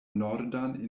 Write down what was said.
nordan